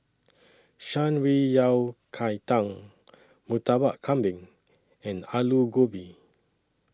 Shan Rui Yao Cai Tang Murtabak Kambing and Aloo Gobi